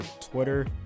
Twitter